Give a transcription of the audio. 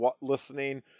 listening